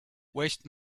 waste